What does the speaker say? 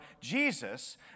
Jesus